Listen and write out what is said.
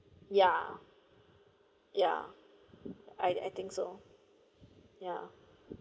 ya ya I I think so ya